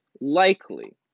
likely